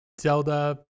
Zelda